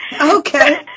Okay